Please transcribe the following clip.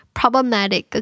Problematic